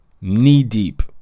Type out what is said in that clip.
knee-deep